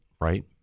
right